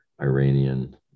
Iranian